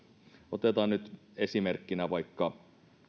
otetaan nyt esimerkkinä vaikka